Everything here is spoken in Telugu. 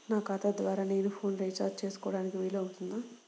నా ఖాతా ద్వారా నేను ఫోన్ రీఛార్జ్ చేసుకోవడానికి వీలు అవుతుందా?